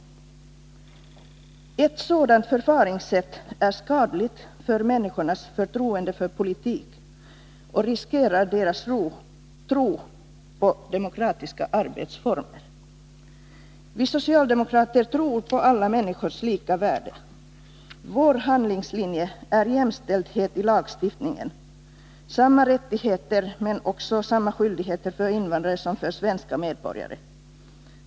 Ett sådant förfaringssätt är skadligt för människornas förtroende för politik och riskerar deras tro på demokratiska arbetsformer. Vi socialdemokrater tror på alla människors lika värde. Vår handlingslinje är jämställdhet i lagstiftningen: samma rättigheter, men också samma skyldigheter för invandrare som för svenska medborgare.